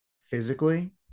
physically